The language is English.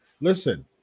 listen